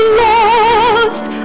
lost